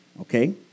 Okay